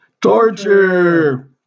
torture